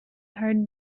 hard